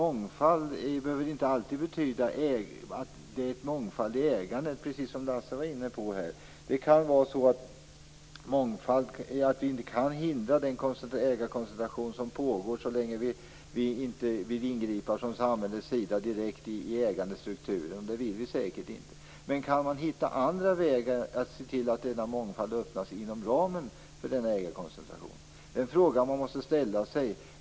Mångfald behöver inte alltid betyda mångfald i ägandet. Lars Stjernkvist var inne på den saken. Det kan vara så att vi så länge samhället inte vill ingripa i ägandestrukturen inte kan hindra den ägarkoncentration som pågår. Det vill vi säkert heller inte. Men går det att hitta andra vägar att se till att mångfald öppnas inom ramen för denna ägarkoncentration? Den frågan måste man ställa sig.